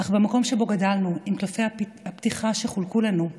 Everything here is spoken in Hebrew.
אך במקום שבו גדלנו, עם קלפי הפתיחה שחולקו לנו,